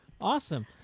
Awesome